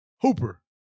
Hooper